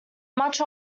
much